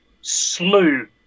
slew